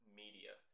media